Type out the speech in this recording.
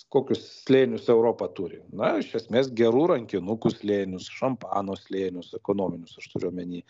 kokius slėnius europa turi na iš esmės gerų rankinukų slėnius šampano slėnius ekonominius aš turiu omeny